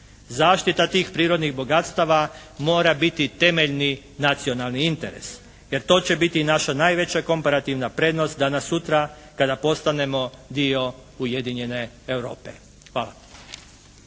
Zaštita tih prirodnih bogatstava mora biti temeljni nacionalni interes, jer to će biti i naša najveća komparativna prednost danas-sutra kada postanemo dio ujedinjene Europe. Hvala.